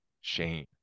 Shane